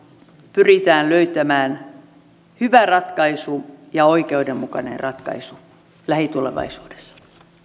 pyritään löytämään hyvä ja oikeudenmukainen ratkaisu lähitulevaisuudessa